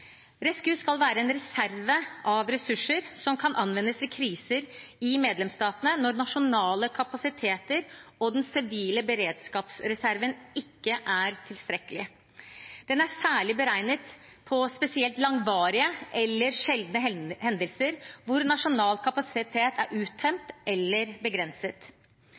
RescEU skal være en reserve av ressurser som kan anvendes ved kriser i medlemsstatene når nasjonale kapasiteter og den sivile beredskapsreserven ikke er tilstrekkelig. Den er særlig beregnet på spesielt langvarige eller sjeldne hendelser hvor nasjonal kapasitet er uttømt eller begrenset.